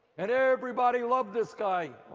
and everybody loved this guy.